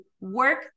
work